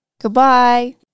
goodbye